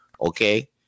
okay